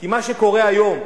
כי מה שקורה היום,